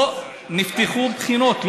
לא נפתחו בחינות.